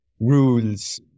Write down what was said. rules